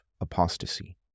apostasy